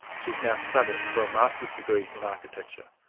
she is now studying for a masters degree in architecture.